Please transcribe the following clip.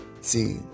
See